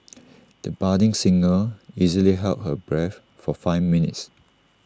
the budding singer easily held her breath for five minutes